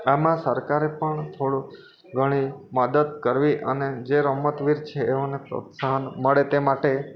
આમાં સરકારે પણ થોડું ઘણી મદદ કરવી અને જે રમતવીર છે તેઓને પ્રોત્સાહન મળે તે માટે